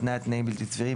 התניית תנאים בלתי סבירים,